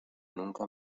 nunca